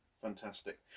Fantastic